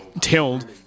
tilled